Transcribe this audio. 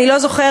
אני לא זוכרת,